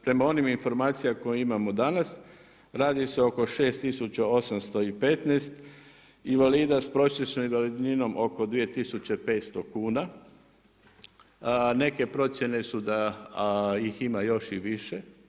Prema onim informacijama koje imamo danas radi se oko 6 tisuća 815 invalida sa prosječnom invalidninom oko 2500 kuna, neke procjene su da ih ima još i više.